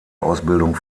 ausbildung